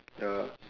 ya